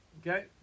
okay